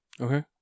Okay